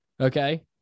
okay